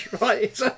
right